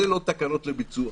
זה לא תקנות לביצוע.